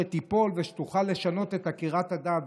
שתיפול ושתוכל לשנות את עקירת הדת,